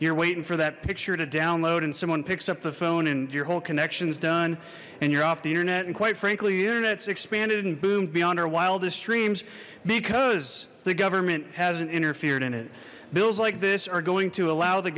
you're waiting for that picture to download and someone picks up the phone and your whole connections done and you're off the internet and quite frankly the internet's expanded and boomed beyond our wildest dreams because the government hasn't interfered in it bills like this are going to allow the